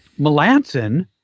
Melanson